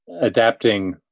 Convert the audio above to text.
adapting